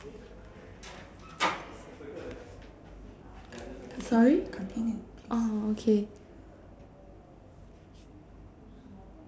oh okay